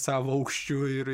savo aukščiu ir